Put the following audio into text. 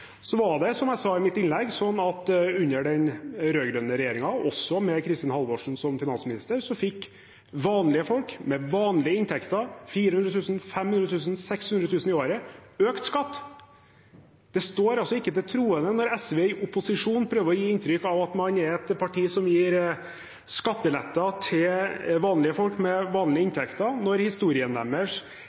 Som jeg sa i mitt innlegg: Under den rød-grønne regjeringen, også med Kristin Halvorsen som finansminister, fikk vanlige folk med vanlige inntekter – 400 000 kr, 500 000 kr og 600 000 kr i året – økt skatt. Det står ikke til troende når SV i opposisjon prøver å gi inntrykk av at man er et parti som gir skatteletter til vanlige folk med vanlige inntekter, når historien